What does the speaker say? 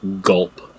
gulp